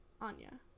Anya